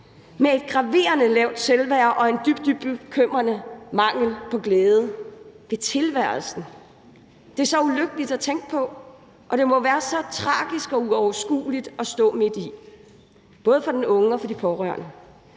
har et graverende lavt selvværd og en dybt bekymrende mangel på glæde ved tilværelsen. Det er så ulykkeligt at tænke på, og det må være tragisk og uoverskueligt at stå midt i, både for den unge og for de pårørende.